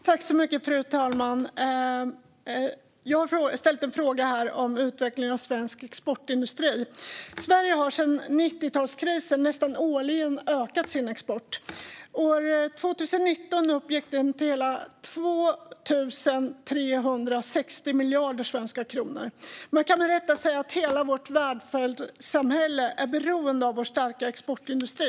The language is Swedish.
Fru talman! Jag har ställt en fråga om utvecklingen av svensk exportindustri. Sverige har sedan 90-talskrisen nästan årligen ökat sin export. År 2019 uppgick den till hela 2 360 miljarder svenska kronor. Man kan med rätta säga att hela vårt välfärdssamhälle är beroende av vår starka exportindustri.